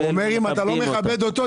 הוא אומר שאם אתה לא מכבד אותו,